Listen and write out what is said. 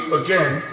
again